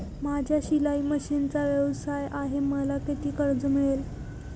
माझा शिलाई मशिनचा व्यवसाय आहे मला किती कर्ज मिळेल?